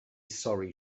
sorry